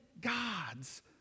God's